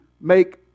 make